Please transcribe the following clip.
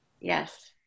Yes